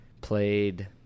played